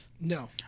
No